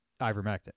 ivermectin